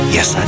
Yes